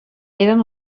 eren